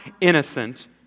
innocent